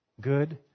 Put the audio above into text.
good